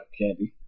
candy